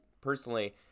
personally